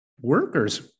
workers